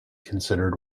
considered